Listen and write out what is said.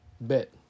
Bet